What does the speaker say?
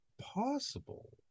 possible